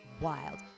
wild